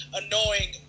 annoying